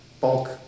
bulk